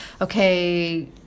okay